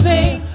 Sing